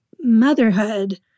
motherhood